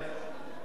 תודה רבה.